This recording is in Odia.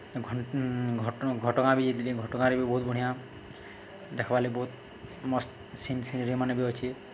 ଘାଟଗାଁ ବି ଯାଇଥିଲି ଘଟଗାଁରେ ବି ବହୁତ ବଢ଼ିଆ ଦେଖ୍ବାର୍ ଲାଗି ବହୁତ୍ ମସ୍ତ୍ ସିନ୍ ସିନେରିମାନେ ବି ଅଛେ